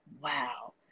wow